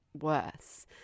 worse